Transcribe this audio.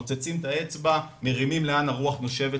מוצצים את האצבע, מרימים לאן הרוח נושבת.